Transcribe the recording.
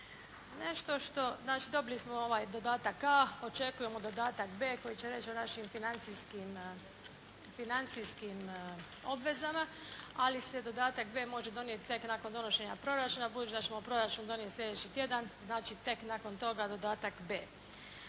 dobili smo ovaj dodatak a). Očekujemo dodatak b) koji će reći o našim financijskim obvezama, ali se dodatak b) može donijeti tek nakon donošenja proračuna budući da ćemo proračun donijeti slijedeći tjedan. Znači, tek nakon toga dodatak b).